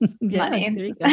money